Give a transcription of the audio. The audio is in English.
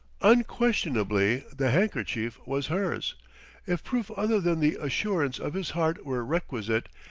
unquestionably the handkerchief was hers if proof other than the assurance of his heart were requisite,